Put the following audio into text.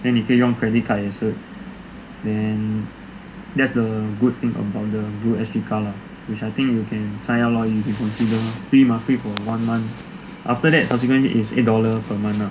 then 你可以用 credit card 也是 then that's the good thing about the blue S_G car lah which I think you can sign up lor if you consider free mah free for one month after that subsequently is eight dollars per month ah